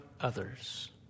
others